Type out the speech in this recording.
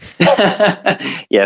yes